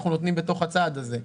אנחנו נותנים בתוך הצעד הזה.